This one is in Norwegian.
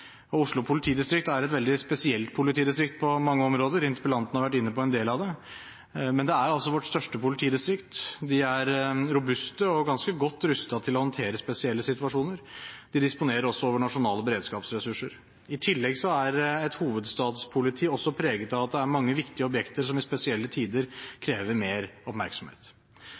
interpellasjonen. Oslo politidistrikt er et veldig spesielt politidistrikt på mange områder. Interpellanten har vært inne på en del av det, men det er altså vårt største politidistrikt. De er robuste og ganske godt rustet til å håndtere spesielle situasjoner. De disponerer også over nasjonale beredskapsressurser. I tillegg er et hovedstadspoliti preget av at det er mange viktige objekter som i spesielle tider